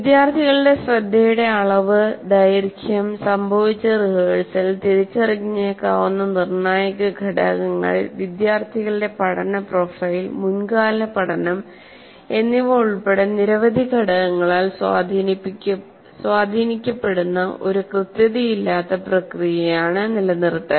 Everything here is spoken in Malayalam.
വിദ്യാർത്ഥികളുടെ ശ്രദ്ധയുടെ അളവ് ദൈർഘ്യം സംഭവിച്ച റിഹേഴ്സൽ തിരിച്ചറിഞ്ഞേക്കാവുന്ന നിർണായക ഘടകങ്ങൾ വിദ്യാർത്ഥികളുടെ പഠന പ്രൊഫൈൽമുൻകാല പഠനം എന്നിവ ഉൾപ്പെടെ നിരവധി ഘടകങ്ങളാൽ സ്വാധീനിക്കപ്പെടുന്ന ഒരു കൃത്യതയില്ലാത്ത പ്രക്രിയയാണ് നിലനിർത്തൽ